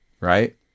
right